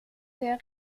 der